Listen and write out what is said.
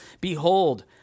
Behold